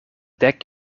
dek